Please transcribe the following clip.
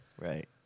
Right